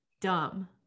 dumb